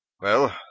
Well